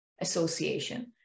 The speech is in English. association